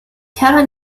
terra